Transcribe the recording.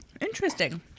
Interesting